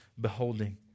beholding